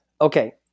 Okay